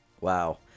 Wow